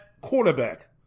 quarterback